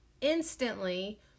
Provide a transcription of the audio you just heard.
instantly